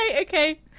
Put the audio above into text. okay